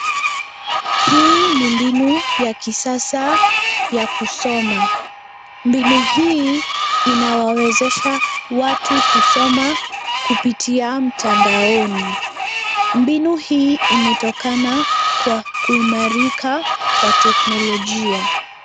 Hii ni mbinu ya kisasa ya kusoma. Mbinu hii inawawezesha watu kusoma kupitia mtandaoni. Mbinu hii imetokana kwa kuimarika kwa teknolojia.